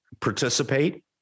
participate